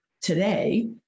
today